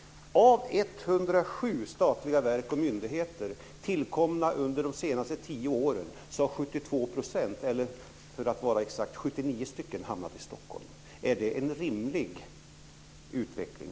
Av 107 statliga verk och myndigheter tillkomna under de senaste tio åren har 72 % eller, för att vara exakt, 79 stycken hamnat i Stockholm. Är det en rimlig utveckling?